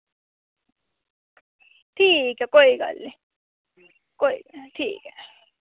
ठीक ऐ कोई गल्ल निं कोई गल्ल नेईं ठीक ऐ